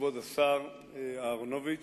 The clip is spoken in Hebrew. כבוד השר אהרונוביץ,